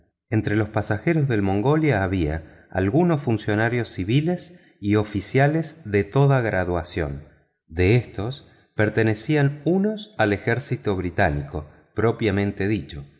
entre los pasajeros del mongolia había algunos funcionarios civiles y oficiales de toda graduación de éstos pertenecían unos al ejército británico propiamente dicho